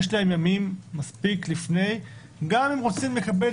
יש להם ימים מספיק לפני גם אם רוצים לקבל